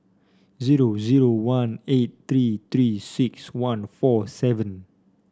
zero zero one eight three Three six one four seven